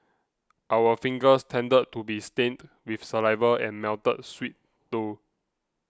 our fingers tended to be stained with saliva and melted sweet though